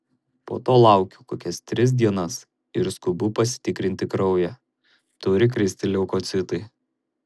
po to laukiu kokias tris dienas ir skubu pasitikrinti kraują turi kristi leukocitai